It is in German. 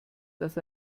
das